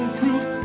proof